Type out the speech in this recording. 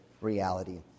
reality